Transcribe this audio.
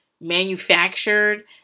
manufactured